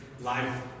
life